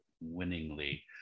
winningly